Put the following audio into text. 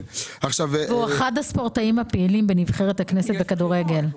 הוא אחד הספורטאים הפעילים בנבחרת הכנסת בכדורגל.